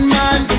man